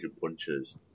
punches